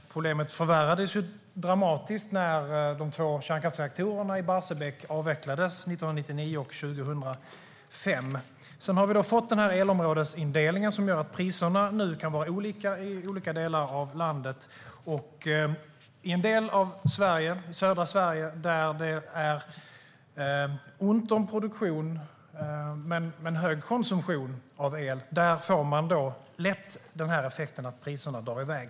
Problemet förvärrades dramatiskt när de två kärnkraftsreaktorerna i Barsebäck avvecklades 1999 och 2005. Sedan har vi fått den elområdesindelning som gör att priserna nu kan vara olika i olika delar av landet. I den södra delen av Sverige, där det är ont om produktion men där man har en hög konsumtion av el, får man lätt effekten att priserna drar iväg.